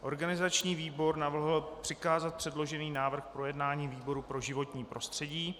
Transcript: Organizační výbor navrhl přikázat předložený návrh k projednání výboru pro životní prostředí.